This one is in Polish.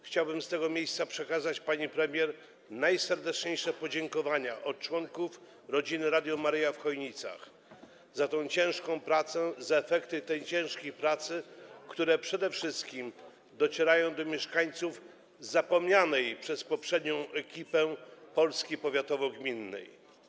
Chciałbym z tego miejsca przekazać pani premier najserdeczniejsze podziękowania od członków Rodziny Radia Maryja w Chojnicach za tę ciężką pracę, za efekty tej ciężkiej pracy, które docierają przede wszystkim do mieszkańców zapomnianej przez poprzednią ekipę Polski powiatowo-gminnej.